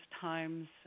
times